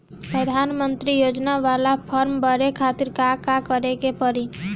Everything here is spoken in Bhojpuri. प्रधानमंत्री योजना बाला फर्म बड़े खाति का का करे के पड़ी?